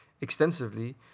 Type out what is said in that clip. extensively